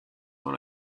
dans